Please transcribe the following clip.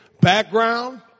background